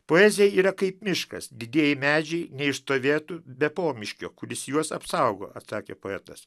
poezija yra kaip miškas didieji medžiai neišstovėtų be pomiškio kuris juos apsaugo atsakė poetas